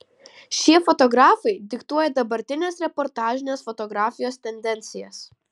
šie fotografai diktuoja dabartinės reportažinės fotografijos tendencijas